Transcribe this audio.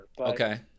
okay